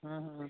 ହଁ ହଁ